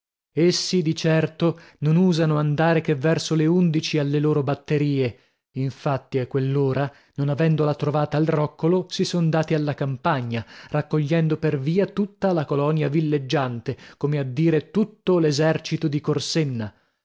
essi di certo non usano andare che verso le undici alle loro batterie infatti a quell'ora non avendola trovata al roccolo si son dati alla campagna raccogliendo per via tutta la colonia villeggiante come a dire tutto l'esercito di corsenna